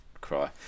cry